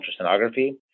ultrasonography